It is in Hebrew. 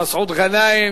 מסעוד גנאים.